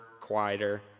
quieter